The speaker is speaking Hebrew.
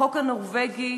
החוק הנורבגי,